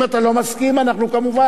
אם אתה לא מסכים, אנחנו כמובן,